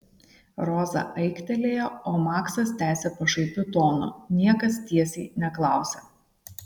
roza aiktelėjo o maksas tęsė pašaipiu tonu niekas tiesiai neklausia